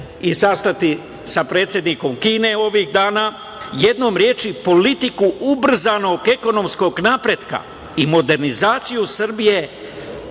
i sastati sa predsednikom Kine ovih dana, jednom rečju, politiku ubrzanog ekonomskog napretka i modernizaciju Srbije,